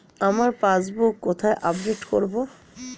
আমার পাসবুক কোথায় আপডেট করব?